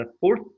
fourth